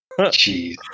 Jeez